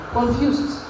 Confused